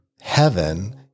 heaven